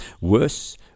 Worse